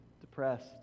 depressed